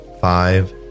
five